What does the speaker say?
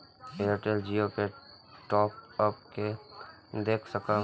Airtel Jio के top up के देख सकब?